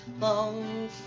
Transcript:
long